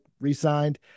re-signed